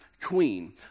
queen